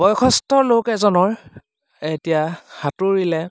বয়সস্থ লোক এজনৰ এতিয়া সাঁতুৰিলে